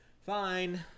fine